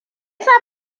sa